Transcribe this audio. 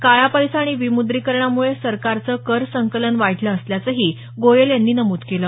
काळा पैसा आणि विमुद्रीकरणामुळे सरकारचं कर संकलन वाढलं असल्याचंही गोयल यांनी नमूद केलं